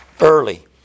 early